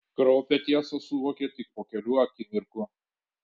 kraupią tiesą suvokė tik po kelių akimirkų